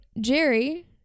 jerry